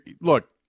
look